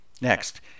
Next